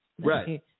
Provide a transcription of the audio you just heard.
Right